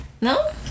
No